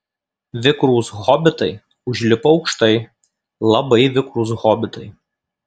vikrūs hobitai užlipo aukštai labai vikrūs hobitai